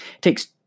takes